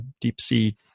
deep-sea